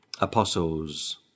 apostles